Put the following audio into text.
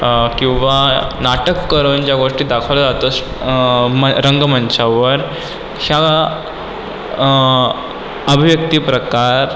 किंवा नाटक करून ज्या गोष्टी दाखवल्या जातात श रंगमंचावर ह्या अभिव्यक्ती प्रकार